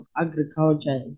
Agriculture